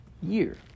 year